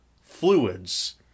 fluids